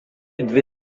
dvi